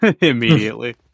Immediately